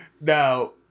Now